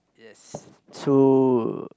yes so